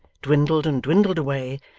dwindled and dwindled away,